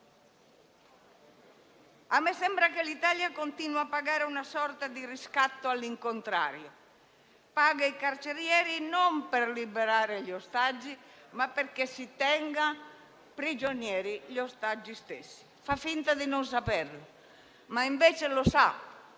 A me sembra che l'Italia continui a pagare una sorta di riscatto all'incontrario: paga i carcerieri, non per liberare gli ostaggi, ma per tenerli prigionieri, facendo finta di non sapere, mentre invece lo sa